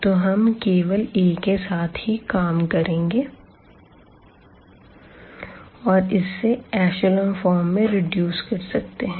तो हम केवल A के साथ ही काम कर सकते हैं और इससे ऐशलों फॉर्म में रिड्यूस कर सकते हैं